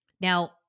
Now